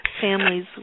families